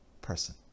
person